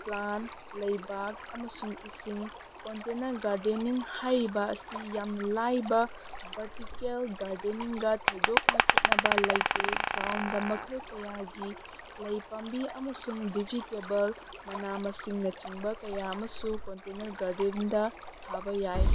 plant ꯂꯩꯕꯥꯛ ꯑꯃꯁꯨꯡ ꯏꯁꯤꯡ ꯀꯣꯟꯇꯦꯅꯔ ꯒꯥꯔꯗꯦꯟꯅꯤꯡ ꯍꯥꯏꯔꯤꯕ ꯑꯁꯤ ꯌꯥꯝꯅ ꯂꯥꯏꯕ ꯚꯥꯔꯇꯤꯀꯦꯜ ꯒꯥꯔꯗꯦꯟꯅꯤꯡꯒ ꯊꯣꯏꯗꯣꯛꯅ ꯈꯦꯠꯅꯕ ꯂꯩꯇꯦ ꯒ꯭ꯔꯥꯎꯟꯗ ꯃꯈꯜ ꯀꯌꯥꯒꯤ ꯂꯩ ꯄꯥꯝꯕꯤ ꯑꯃꯁꯨꯡ ꯚꯦꯖꯤꯇꯦꯕꯜ ꯃꯅꯥ ꯃꯁꯤꯡꯅ ꯆꯤꯡꯕ ꯀꯌꯥ ꯑꯃꯁꯨ ꯀꯣꯟꯇꯦꯅꯔ ꯒꯥꯔꯗꯦꯟꯅꯤꯡꯗ ꯊꯥꯕ ꯌꯥꯏ